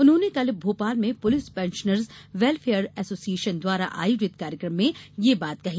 उन्होंने कल भोपाल में पुलिस पेंशनर्स वेलफेयर एसोसिएशन द्वारा आयोजित कार्यक्रम में में यह बात कही